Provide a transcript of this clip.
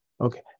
Okay